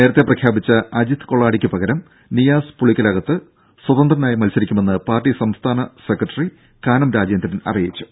നേരത്തെ പ്രഖ്യാപിച്ച അജിത് കോളാടിക്കു പകരം നിയാസ് പുളിക്കലകത്ത് സ്വതന്ത്രനായി മത്സരിക്കുമെന്ന് പാർട്ടി സംസ്ഥാന സെക്രട്ടറി കാനം രാജേന്ദ്രൻ അറിയിച്ചു